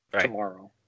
tomorrow